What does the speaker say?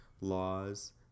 laws